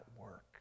work